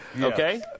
Okay